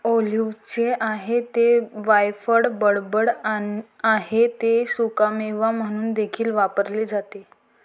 ऑलिव्हचे आहे ते वायफळ बडबड आहे ते सुकामेवा म्हणून देखील वापरले जाते